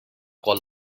called